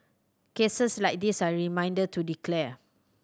cases like this are a reminder to declare